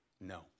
No